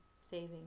saving